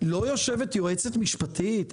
לא יושבת יועצת משפטית?